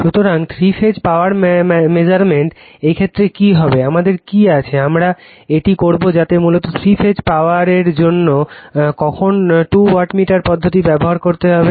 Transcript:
সুতরাং three phase power measurement এই ক্ষেত্রে কি হবে আমাদের কি আছে আমরা এটি করব যাতে মূলত থ্রি ফেজ পাওয়ারের জন্য কখন টু ওয়াটমিটার পদ্ধতি ব্যবহার করতে হবে